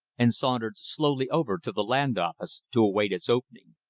and sauntered slowly over to the land office to await its opening.